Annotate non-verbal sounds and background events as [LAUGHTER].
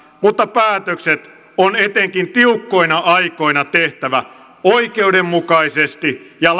mutta päätökset on etenkin tiukkoina aikoina tehtävä oikeudenmukaisesti ja [UNINTELLIGIBLE]